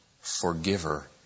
forgiver